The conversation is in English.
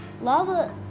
lava